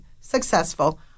successful